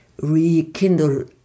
rekindle